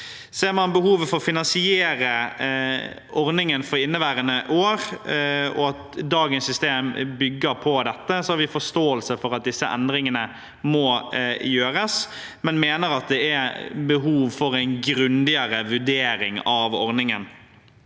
Ser man behovet for å finansiere ordningen for inneværende år, og at dagens system bygger på dette, har vi forståelse for at disse endringene må gjøres, men mener at det er behov for en grundigere vurdering av ordningen.